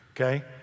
okay